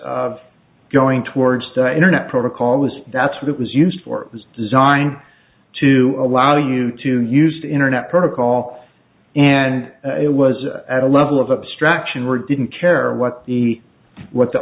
of going towards the internet protocol was that's what it was used for was designed to allow you to use the internet protocol and it was at a level of abstraction we're didn't care what the what the